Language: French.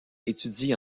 étudie